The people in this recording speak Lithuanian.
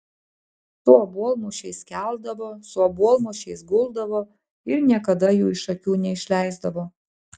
su obuolmušiais keldavo su obuolmušiais guldavo ir niekada jų iš akių neišleisdavo